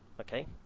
okay